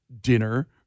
dinner